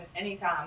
anytime